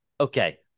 Okay